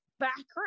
background